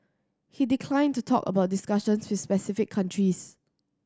he declined to talk about discussions with specific countries